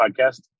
podcast